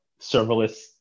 serverless